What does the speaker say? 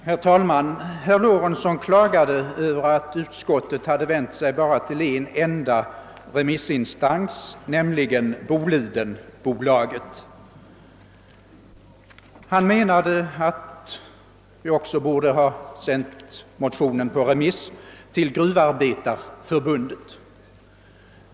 Herr talman! Herr Lorentzon klagade över att utskottet bara hade vänt sig till en enda remissinstans, nämligen Bolidenbolaget. Han menade att utskottet också borde ha sänt motionen på remiss till Gruvindustriarbetareförbundet.